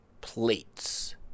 plates